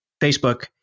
Facebook